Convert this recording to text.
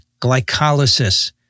glycolysis